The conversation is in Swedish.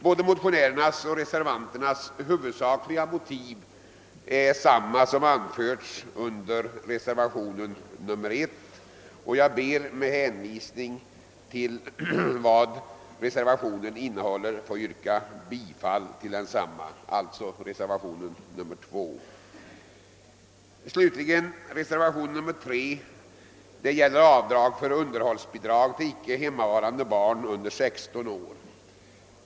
Både motionärernas och reservanternas huvudsakliga motiv är desamma som anförts i reservationen 1, och jag ber att med hänvisning till vad som anförs i reservationen få yrka bifall till denna. Reservationen 3 slutligen gäller avdrag för underhållsbidrag till icke hemmavarande barn under 16 år.